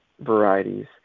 varieties